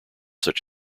such